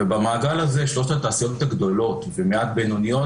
ובמעגל הזה שלוש התעשיות הגדולות ומעט בינוניות,